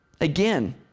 Again